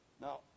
Now